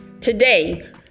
Today